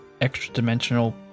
extra-dimensional